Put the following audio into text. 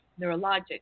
neurologic